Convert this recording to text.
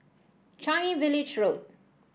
Changi Village Road